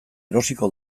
erosiko